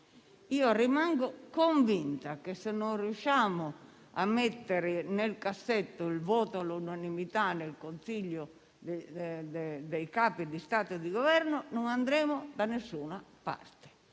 Io resto convinta che, se non riusciamo a mettere nel cassetto il voto all'unanimità nel Consiglio dei Capi di Stato e di Governo, non andremo da nessuna parte,